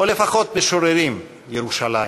או לפחות משוררים, ירושלים.